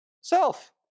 self